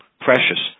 precious